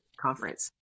conference